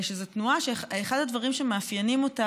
שזו תנועה שאחד הדברים שמאפיינים אותה